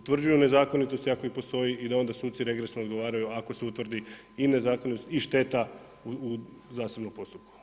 utvrđuju nezakonitosti ako i postoje i da onda suci regresno odgovaraju ako se utvrdi i nezakonitost i šteta u zasebnom postupku.